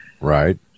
Right